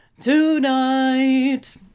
tonight